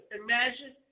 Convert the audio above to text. imagine